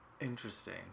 Interesting